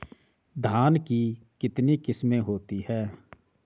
धान की कितनी किस्में होती हैं?